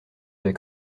avez